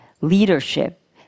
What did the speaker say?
leadership